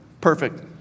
Perfect